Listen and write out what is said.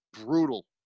brutal